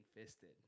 fisted